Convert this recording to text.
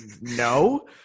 No